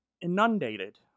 inundated